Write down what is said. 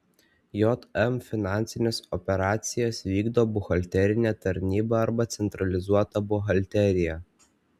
jm finansines operacijas vykdo buhalterinė tarnyba arba centralizuota buhalterija